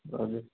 हजुर